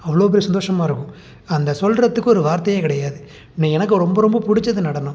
அவ்வளோ பெரிய சந்தோஷமாக இருக்கும் அந்த சொல்லுறதுக்கு ஒரு வார்த்தையே கிடையாது நீ எனக்கு ரொம்ப ரொம்ப பிடிச்சது நடனம்